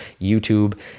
YouTube